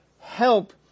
help